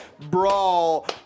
brawl